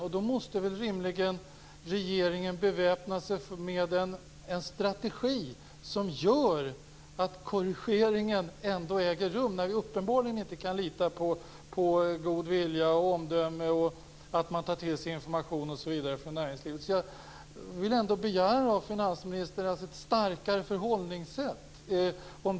Regeringen måste rimligen beväpna sig med en strategi som gör att korrigeringen ändå äger rum när vi uppenbarligen inte kan lita på god vilja, omdöme, att man tar till sig information, osv. från näringslivets sida. Jag vill ändå begära ett starkare förhållningssätt av finansministern.